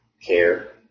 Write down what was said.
care